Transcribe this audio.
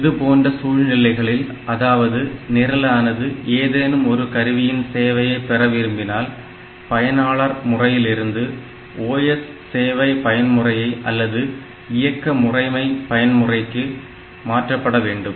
இதுபோன்ற சூழ்நிலைகளில் அதாவது நிரலானது ஏதேனும் ஒரு கருவியின் சேவையை பெற விரும்பினால் பயனாளர் முறையிலிருந்து OS சேவை பயன்முறை அல்லது இயக்க முறைமை பயன்முறைக்கு மாற்றப்பட வேண்டும்